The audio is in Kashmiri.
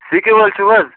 سِکیٖم وٲلۍ چھِو حَظ